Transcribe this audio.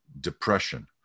depression